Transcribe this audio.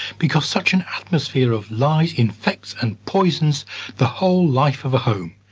because such an atmosphere of lies infects and poisons the whole life of a home.